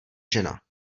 žena